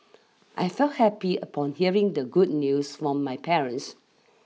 I felt happy upon hearing the good news from my parents